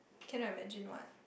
cannot imagine what